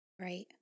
Right